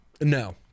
No